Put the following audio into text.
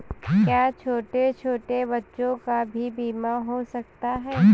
क्या छोटे छोटे बच्चों का भी बीमा हो सकता है?